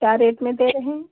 क्या रेट में दे रहे हैं